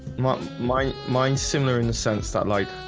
my my mind similar in the sense that like